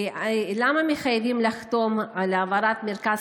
1. למה מחייבים לחתום על העברת מרכז